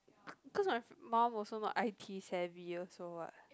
c~ cause my mum also not I_T savvy also what